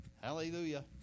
hallelujah